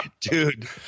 Dude